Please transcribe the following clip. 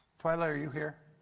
twyla, are you here?